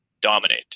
dominate